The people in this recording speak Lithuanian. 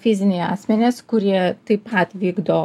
fiziniai asmenys kurie taip pat vykdo